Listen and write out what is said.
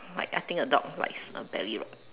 like I think a dog likes a belly rub